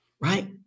Right